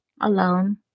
Alone